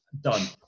done